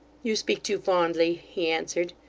you speak too fondly he answered,